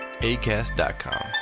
ACAST.com